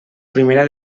primera